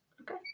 okay